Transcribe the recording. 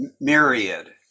myriad